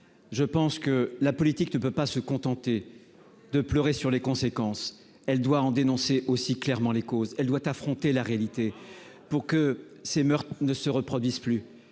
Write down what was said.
je pense que la politique ne peut pas se contenter de pleurer sur les conséquences, elle doit en dénoncer aussi clairement les causes, elle doit affronter la réalité pour que ces meurtres ne se reproduise plus,